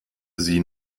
sie